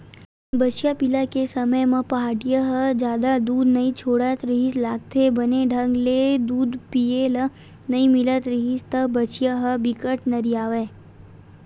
बछिया पिला के समे म पहाटिया ह जादा दूद नइ छोड़त रिहिस लागथे, बने ढंग ले दूद पिए ल नइ मिलत रिहिस त बछिया ह बिकट नरियावय